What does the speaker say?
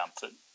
comfort